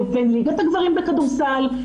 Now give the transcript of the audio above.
לבין הגברים בכדורסל,